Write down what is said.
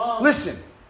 Listen